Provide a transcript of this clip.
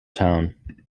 town